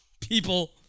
people